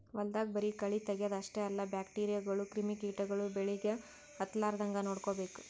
ಹೊಲ್ದಾಗ ಬರಿ ಕಳಿ ತಗ್ಯಾದ್ ಅಷ್ಟೇ ಅಲ್ಲ ಬ್ಯಾಕ್ಟೀರಿಯಾಗೋಳು ಕ್ರಿಮಿ ಕಿಟಗೊಳು ಬೆಳಿಗ್ ಹತ್ತಲಾರದಂಗ್ ನೋಡ್ಕೋಬೇಕ್